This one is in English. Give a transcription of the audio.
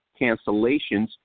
cancellations